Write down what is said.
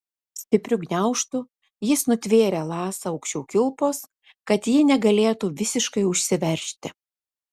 stipriu gniaužtu jis nutvėrė lasą aukščiau kilpos kad ji negalėtų visiškai užsiveržti